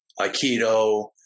Aikido